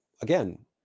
Again